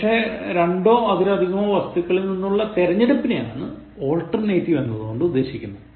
പക്ഷേ രണ്ടോ അതിലധികമോ വസ്തുക്കളിൽ നിന്നുള്ള തിരഞ്ഞെടുപ്പിനെനെയാണ് alternative എന്നതുകൊണ്ട് ഉദ്ദേശിക്കുന്നത്